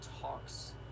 talks